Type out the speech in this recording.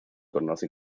conoce